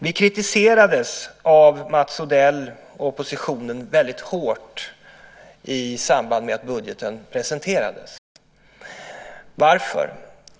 Vi kritiserades väldigt hårt av Mats Odell och oppositionen i samband med att budgeten presenterades. Varför?